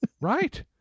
Right